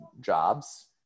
jobs